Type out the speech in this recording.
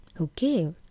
Okay